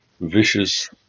vicious